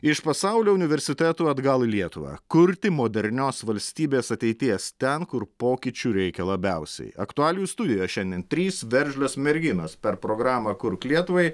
iš pasaulio universitetų atgal į lietuvą kurti modernios valstybės ateities ten kur pokyčių reikia labiausiai aktualijų studijoj šiandien trys veržlios merginos per programą kurk lietuvai